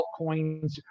altcoins